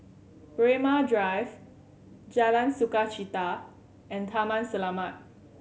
Braemar Drive Jalan Sukachita and Taman Selamat